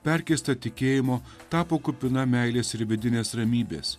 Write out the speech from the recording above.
perkeista tikėjimo tapo kupina meilės ir vidinės ramybės